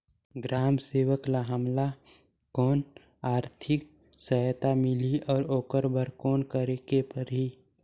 ग्राम सेवक ल हमला कौन आरथिक सहायता मिलही अउ ओकर बर कौन करे के परही?